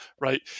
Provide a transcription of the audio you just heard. right